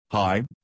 Hi